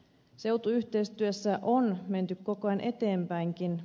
seutuyhteistyössä on menty koko ajan eteenpäinkin